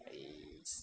!hais!